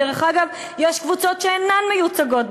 דרך אגב, יש קבוצות באוכלוסייה שאינן מיוצגות,